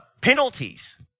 penalties